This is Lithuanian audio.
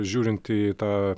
žiūrint į tą